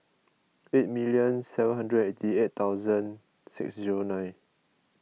eight minute seven hundred and eighty eight thousand six zero nine